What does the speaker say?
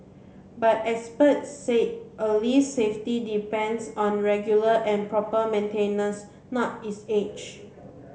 but experts said a least safety depends on regular and proper maintenance not its age